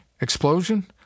explosion